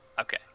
Okay